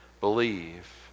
believe